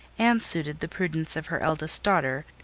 and suited the prudence of her eldest daughter,